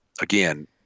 again